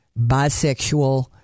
bisexual